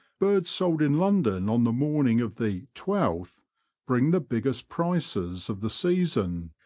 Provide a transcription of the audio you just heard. birds sold in london on the morning of the twelfth bring the big gest prices of the season,